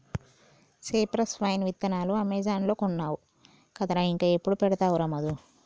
cypress vine విత్తనాలు Amazon లో కొన్నావు కదరా ఇంకా ఎప్పుడు పెడతావురా మధు